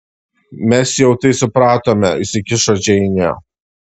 mes jau tai supratome įsikišo džeinė